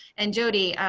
and jodi,